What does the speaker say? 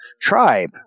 tribe